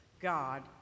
God